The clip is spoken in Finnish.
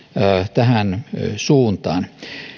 tähän suuntaan